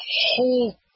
whole